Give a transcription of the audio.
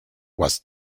was